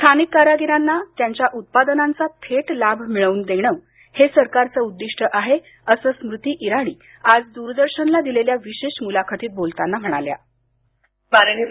स्थानिक कारागिरांना त्यांच्या उत्पादनांचा थेट लाभ मिळवून देण हे सरकारचं उद्दिष्ट आहे असं स्मृती इराणी आज दूरदर्शनला दिलेल्या विशेष मुलाखतीत बोलताना म्हणाल्या ध्वनी मा